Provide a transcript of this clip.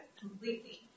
completely